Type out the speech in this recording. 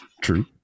True